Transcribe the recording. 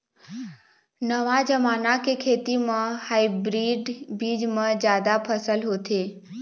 नवा जमाना के खेती म हाइब्रिड बीज म जादा फसल होथे